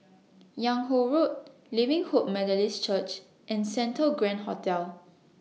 Yung Ho Road Living Hope Methodist Church and Santa Grand Hotel